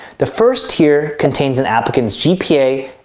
the first tier contains an applicant's gpa,